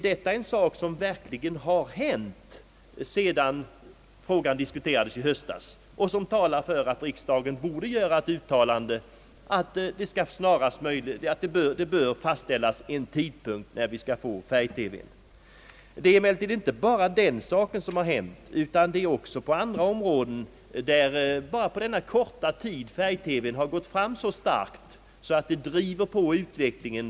Det har därför verkligen hänt något sedan frågan diskuterades i höstas, och det talar för att riksdagen gör ett uttalande om att det bör fastställas vid vilken tidpunkt vi skall få färg-TV. Det är emellertid inte bara den saken som har hänt. Färg-TV har på kort tid gått fram så starkt att det driver på utvecklingen.